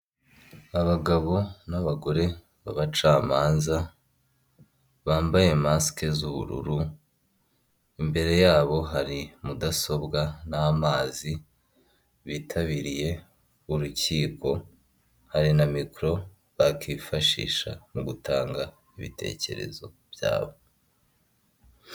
Abagabo n'abagore babacamanza bambaye masike z'ubururu imbere yabo hari mudasobwa n'amazi, bitabiriye urukiko, hari na micro bakifashisha mu gutanga ibitekerezo byabo.